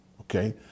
okay